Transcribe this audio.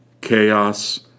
chaos